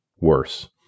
worse